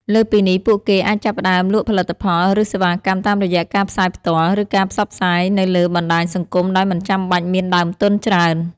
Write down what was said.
លើសពីនេះពួកគេអាចចាប់ផ្តើមលក់ផលិតផលឬសេវាកម្មតាមរយៈការផ្សាយផ្ទាល់ ឬការផ្សព្វផ្សាយនៅលើបណ្តាញសង្គមដោយមិនចាំបាច់មានដើមទុនច្រើន។